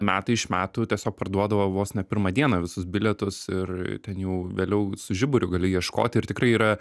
metai iš metų tiesiog parduodavo vos ne pirmą dieną visus bilietus ir ten jau vėliau su žiburiu gali ieškoti ir tikrai yra